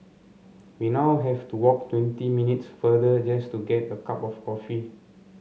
we now have to walk twenty minutes farther just to get a cup of coffee